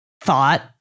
thought